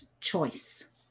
choice